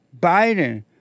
Biden